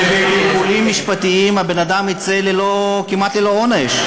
לא יכול להיות שבפלפולים משפטיים בן-אדם יצא כמעט ללא עונש.